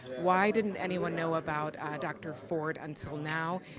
why didn't anyone know about dr. ford until now?